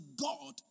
God